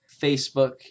Facebook